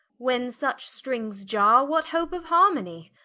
when such strings iarre, what hope of harmony?